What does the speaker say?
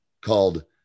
called